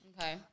Okay